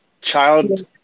child